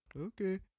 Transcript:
okay